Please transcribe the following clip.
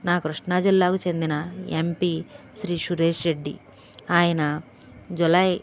నా కృష్ణా జిల్లాకు చెందిన ఎంపీ శ్రీ సురేష్ రెడ్డి ఆయన జులై